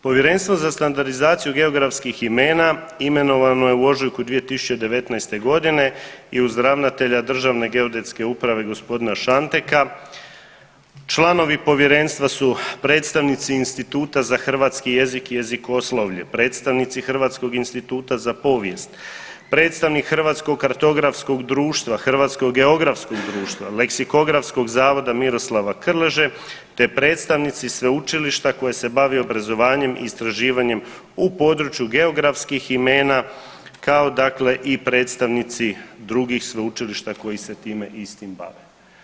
Povjerenstvo za standardizaciju geografskih imena imenovano je u ožujku 2019. godine i uz ravnatelja Državne geodetske uprave gospodina Šanteka članovi povjerenstava su predstavnici Instituta za hrvatski jezik i jezikoslovlje, predstavnici Hrvatskog instituta za povijest, predstavnik Hrvatskog kartografskog društva, Hrvatskog geografskog društva, Leksikografskog zavoda Miroslava Krleže te predstavnici sveučilišta koje se bavi obrazovanjem i istraživanjem u području geografskih imena kao dakle i predstavnici drugih sveučilišta koji se time istim bave.